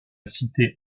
cité